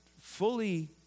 fully